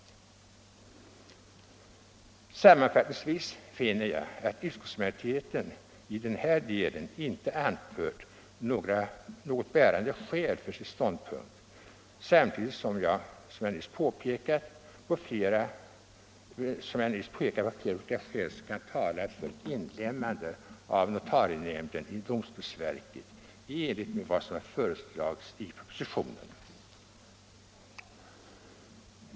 Sammanfattningsvis finner jag att utskottsmajoriteten i den här delen inte anfört något bärande skäl för sin ståndpunkt, samtidigt som jag nyss pekat på flera olika skäl som talar för ett inlemmande av notarienämnden i domstolsverket i enlighet med vad som föreslagits i propositionen.